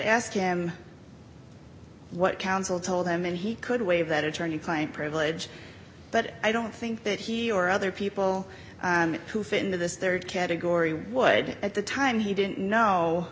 ask him what counsel told him and he could waive that attorney client privilege but i don't think that he or other people who fit into this rd category would at the time he didn't know